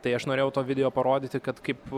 tai aš norėjau tuo video parodyti kad kaip